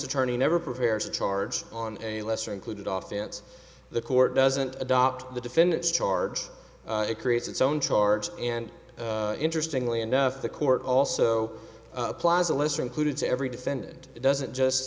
attorney never prepares a charge on a lesser included off chance the court doesn't adopt the defendant's charge it creates its own charge and interestingly enough the court also applies a lesser included to every defendant doesn't just